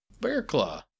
Bearclaw